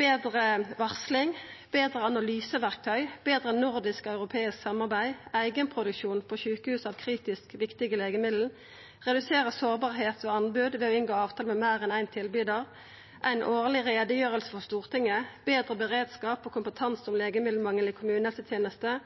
betre varsling, betre analyseverktøy, betre nordisk og europeisk samarbeid, eigenproduksjon på sjukehus av kritisk viktige legemiddel, redusera sårbarheit og anbod ved å inngå avtale med meir enn éin tilbydar, ei årleg utgreiing for Stortinget, betre beredskap og kompetanse om